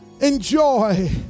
enjoy